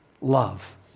love